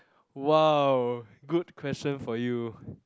!wow! good question for you